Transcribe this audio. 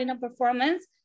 performance